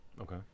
Okay